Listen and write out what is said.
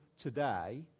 today